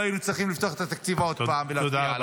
לא היינו צריכים לפתוח את התקציב עוד פעם ולהצביע עליו.